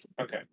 Okay